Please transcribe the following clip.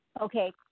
Okay